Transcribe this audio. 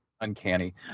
Uncanny